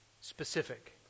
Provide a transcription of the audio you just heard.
specific